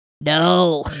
No